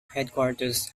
headquarters